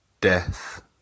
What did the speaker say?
Death